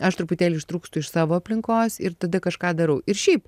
aš truputėlį ištrūkstu iš savo aplinkos ir tada kažką darau ir šiaip